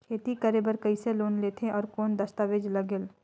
खेती करे बर कइसे लोन लेथे और कौन दस्तावेज लगेल?